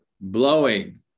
blowing